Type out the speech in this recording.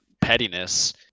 pettiness